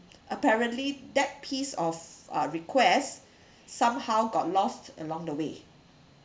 apparently that piece of uh request somehow got lost along the way